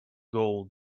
gold